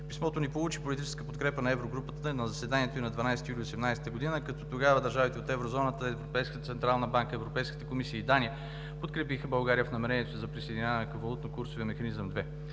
Писмото ни получи политическата подкрепа на Еврогрупата и на заседанието от 12 юли 2018 г., като тогава държавите от Еврозоната – Европейската централна банка, Европейската комисия и Дания, подкрепиха България в намерението ѝ за присъединяване към Валутен механизъм II.